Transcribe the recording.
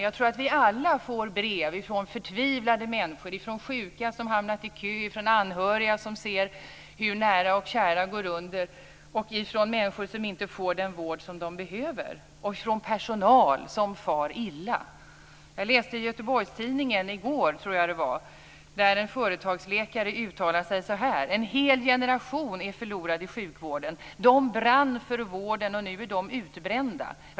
Jag tror att vi alla får brev från förtvivlade människor, från sjuka som har hamnat i kö, från anhöriga som ser hur nära och kära går under, från människor som inte får den vård de behöver och från personal som far illa. Jag läste i en Göteborgstidning i går, tror jag att det var, om en företagsläkare som uttalade sig så här: En hel generation är förlorad i sjukvården. De brann för vården och nu är de utbrända.